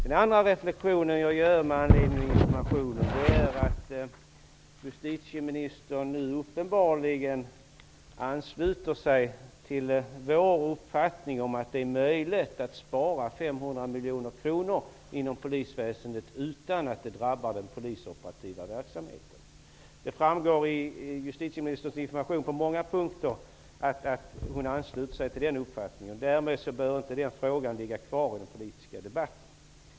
Den andra reflexion jag gör med anledning av informationen är att justitieministern nu uppenbarligen ansluter sig till vår uppfattning att det är möjligt att spara 500 miljoner kronor inom polisväsendet utan att det drabbar den polisoperativa verksamheten. Av justitieministerns information framgår det på många punkter att hon ansluter sig till den uppfattningen. Därmed behöver den frågan inte ligga kvar i den politiska debatten.